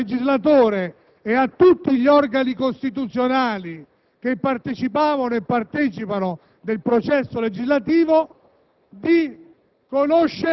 sapere al legislatore e a tutti gli organi costituzionali che partecipavano e partecipano del processo legislativo